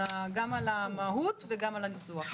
גם על המהות וגם על הניסוח.